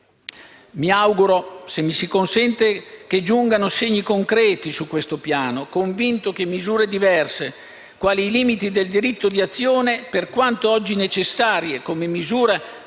Mi auguro che giungano segni concreti su questo piano, convinto che misure diverse, quali i limiti del diritto di azione, per quanto oggi necessarie come misure